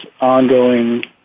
ongoing